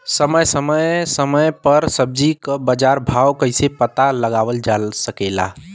समय समय समय पर सब्जी क बाजार भाव कइसे पता लगावल जा सकेला?